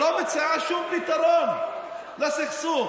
שלא מציעה שום פתרון לסכסוך.